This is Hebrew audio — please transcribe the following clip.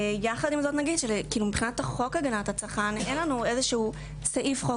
יחד עם זאת בחוק להגנת הצרכן אין סעיף חוק